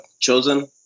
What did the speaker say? chosen